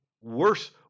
worse